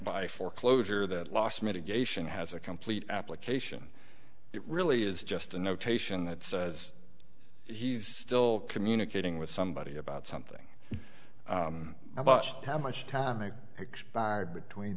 by foreclosure that loss mitigation has a complete application it really is just a notation that says he's still communicating with somebody about something about how much time it expired between